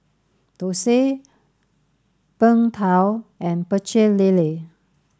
Thosai Png Tao and Pecel Lele